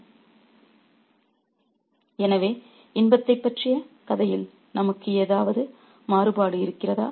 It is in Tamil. ரெபஃர் ஸ்லைடு டைம் 0815 எனவே இன்பத்தைப் பற்றிய கதையில் நமக்கு ஏதாவது மாறுபாடு இருக்கிறதா